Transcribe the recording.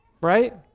right